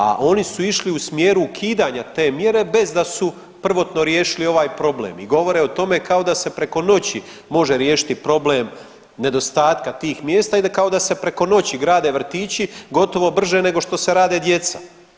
A oni su išli u smjeru ukidanja te mjere bez da su prvotno riješili ovaj problem i govore o tome kao da se preko noći može riješiti problem nedostatka tih mjesta i kao da se preko noći grade vrtići, gotovo brže nego što se rade djeca.